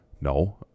no